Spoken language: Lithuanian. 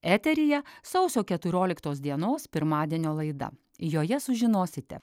eteryje sausio keturioliktos dienos pirmadienio laida joje sužinosite